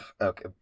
okay